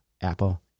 Apple